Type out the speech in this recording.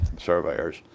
surveyors